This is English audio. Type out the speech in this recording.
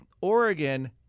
Oregon